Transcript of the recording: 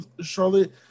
Charlotte